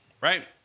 right